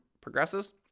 progresses